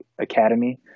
academy